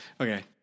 okay